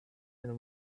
and